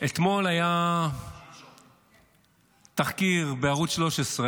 -- אתמול היה תחקיר של רביב דרוקר בערוץ 13,